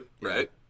right